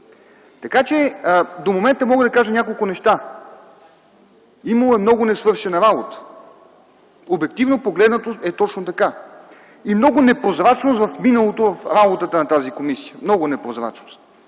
До момента мога да кажа няколко неща. Имало е много несвършена работа. Обективно погледнато е точно така. Много непрозрачност в миналото, в работата на тази комисия. Много непрозрачност.